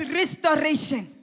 restoration